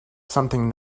something